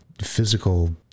physical